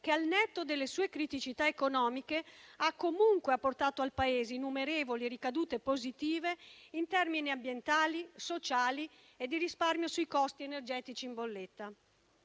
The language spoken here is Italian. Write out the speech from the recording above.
che, al netto delle sue criticità economiche, ha comunque portato al Paese innumerevoli ricadute positive in termini ambientali, sociali e di risparmio sui costi energetici in bolletta.